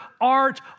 art